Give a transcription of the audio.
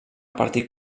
partit